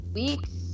weeks